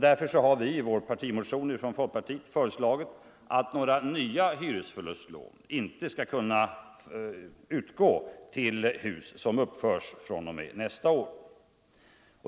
Därför har vi i vår partimotion från folkpartiet föreslagit att några hyresförlustlån inte skall kunna utgå till hus som uppförs fr.o.m. nästa år.